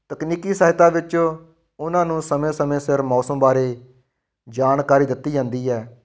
ਤਕਨੀਕੀ ਸਹਾਇਤਾ ਵਿੱਚ ਉਹਨਾਂ ਨੂੰ ਸਮੇਂ ਸਮੇਂ ਸਿਰ ਮੌਸਮ ਬਾਰੇ ਜਾਣਕਾਰੀ ਦਿੱਤੀ ਜਾਂਦੀ ਹੈ